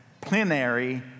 plenary